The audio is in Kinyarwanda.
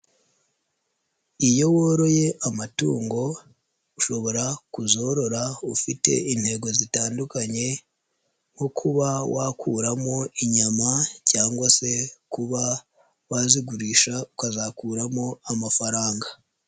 Iyo woroye amatungo ushobora kuzorora ufite intego zitandukanye nko kuba wakuramo inyama cyangwa se kuba wazigurisha ukazakuramo amafaranga.